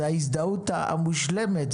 זה ההזדהות המושלמת,